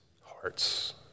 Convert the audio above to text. Hearts